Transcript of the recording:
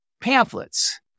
pamphlets